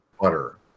butter